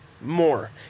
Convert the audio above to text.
more